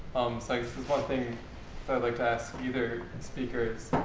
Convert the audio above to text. so i guess one thing that i'd like to ask either speakers,